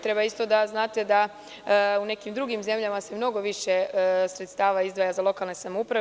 Treba isto da znate da u nekim drugim zemljama se mnogo više sredstava izdvaja za lokalne samouprave.